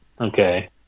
Okay